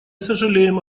сожалеем